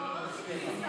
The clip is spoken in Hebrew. דיברתי.